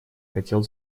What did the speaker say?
хотел